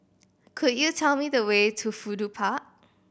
could you tell me the way to Fudu Park